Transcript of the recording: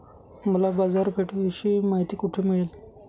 मला बाजारपेठेविषयी माहिती कोठे मिळेल?